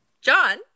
John